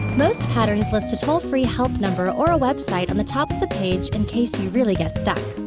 most patterns list a toll-free help number or a web site on the top of the page in case you really get stuck.